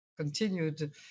continued